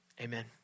amen